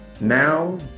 Now